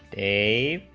a